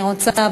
אני רוצה,